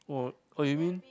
oh oh you mean